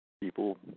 people